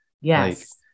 Yes